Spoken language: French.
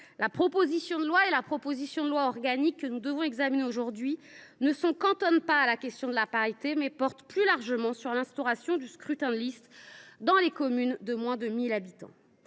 la proposition de loi et la proposition de loi organique que nous devons examiner aujourd’hui ne se cantonnent pas à la question de la parité et portent plus largement sur l’instauration du scrutin de liste dans les communes de moins de 1 000 habitants.